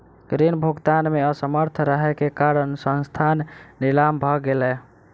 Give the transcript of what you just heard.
ऋण भुगतान में असमर्थ रहै के कारण संस्थान नीलाम भ गेलै